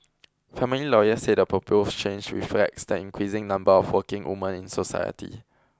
family lawyers said the proposed change reflects the increasing number of working women in society